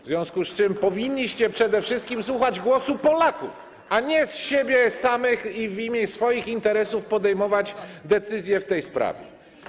W związku z tym powinniście przede wszystkim słuchać głosu Polaków, a nie siebie samych - siebie, by w imię swoich interesów podejmować decyzje w tej sprawie.